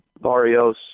Barrios